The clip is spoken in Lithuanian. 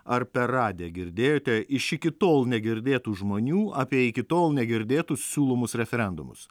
ar per radiją girdėjote iš iki tol negirdėtų žmonių apie iki tol negirdėtus siūlomus referendumus